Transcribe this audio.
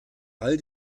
all